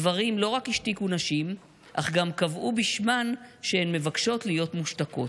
גברים לא רק השתיקו נשים אלא גם קבעו בשמן שהן מבקשות להיות מושתקות.